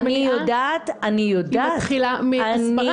מניעה מתחילה מהסברה.